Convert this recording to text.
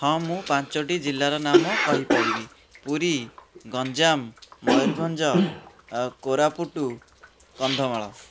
ହଁ ମୁଁ ପାଞ୍ଚଟି ଜିଲ୍ଲାର ନାମ କହିପାରିବ ପୁରୀ ଗଞ୍ଜାମ ମୟୂରଭଞ୍ଜ କୋରାପୁଟ କନ୍ଧମାଳ